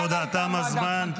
טוב, תם הזמן.